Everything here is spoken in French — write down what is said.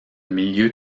milieu